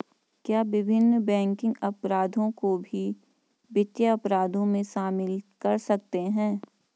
क्या विभिन्न बैंकिंग अपराधों को भी वित्तीय अपराधों में शामिल कर सकते हैं?